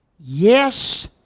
Yes